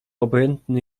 obojętny